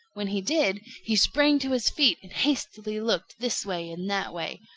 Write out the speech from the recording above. when he did, he sprang to his feet and hastily looked this way and that way.